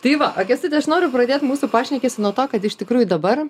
tai va o kęstuti aš noriu pradėt mūsų pašnekesį nuo to kad iš tikrųjų dabar